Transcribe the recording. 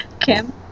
Kim